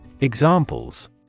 Examples